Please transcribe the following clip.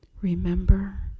Remember